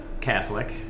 Catholic